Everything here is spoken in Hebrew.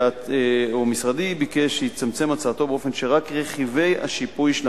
משרדי ביקש שיצמצם הצעתו באופן שרק רכיבי השיפוי של